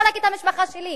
לא רק את המשפחה שלי,